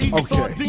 okay